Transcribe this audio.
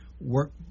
work